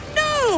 no